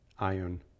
Ion